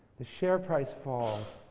the share price falls